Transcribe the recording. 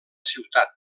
ciutat